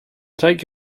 take